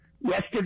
yesterday